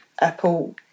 Apple